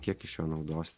kiek iš jo naudos